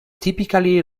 typically